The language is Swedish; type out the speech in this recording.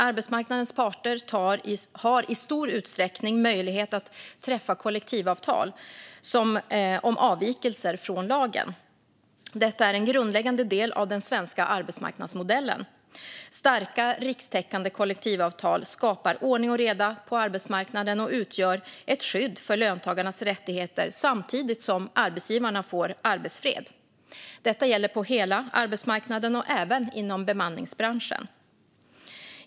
Arbetsmarknadens parter har i stor utsträckning möjlighet att träffa kollektivavtal om avvikelser från lagen. Detta är en grundläggande del av den svenska arbetsmarknadsmodellen. Starka rikstäckande kollektivavtal skapar ordning och reda på arbetsmarknaden och utgör ett skydd för löntagarnas rättigheter samtidigt som arbetsgivarna får arbetsfred. Detta gäller på hela arbetsmarknaden och även inom bemanningsbranschen.